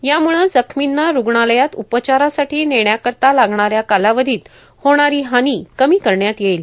यायोगे जखमींना रूग्णालयात उपचारासाठी नेण्याकरिता लागणाऱ्या कालावधीत होणारी हानी कमी करण्यात येईल